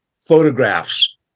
photographs